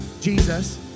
Jesus